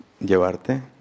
llevarte